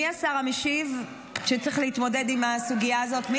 מי השר המשיב שצריך להתמודד עם הסוגיה הזאת?